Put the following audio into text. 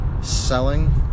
selling